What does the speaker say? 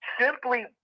simply